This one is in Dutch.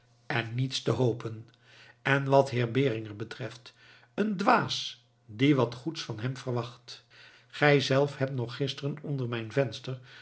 en niets te hopen en wat heer beringer betreft een dwaas die wat goeds van hem verwacht gijzelf hebt nog gisteren onder mijn venster